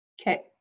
Okay